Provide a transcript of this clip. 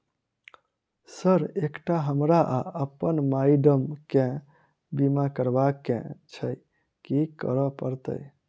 Sir एकटा हमरा आ अप्पन माइडम केँ बीमा करबाक केँ छैय की करऽ परतै?